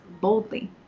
boldly